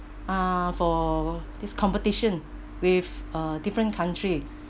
uh for this competition with uh different country